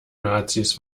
nazis